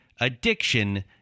addiction